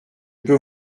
peux